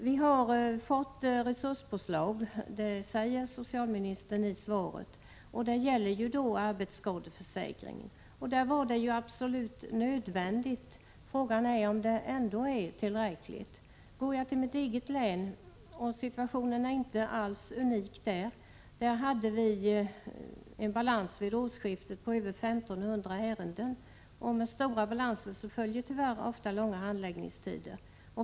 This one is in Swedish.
Socialministern säger i svaret att vi har fått ett resurspåslag. Detta gäller då arbetsskadeförsäkringen. Här var det absolut nödvändigt med ett påslag, men frågan är om det är tillräckligt. Går man till mitt eget hemlän, och situationen är inte alls unik där, finner man att det förelåg en balans vid årsskiftet på över 1 500 ärenden. Med stora balanser följer tyvärr ofta långa handläggningstider.